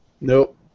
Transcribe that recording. Nope